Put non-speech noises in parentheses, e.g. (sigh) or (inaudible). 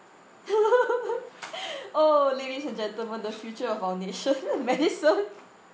(laughs) (breath) oh ladies and gentleman the future of our nation (laughs) medicine